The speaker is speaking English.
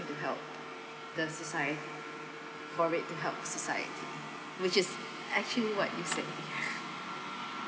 to help the socie~ for it to help the society which is actually what you said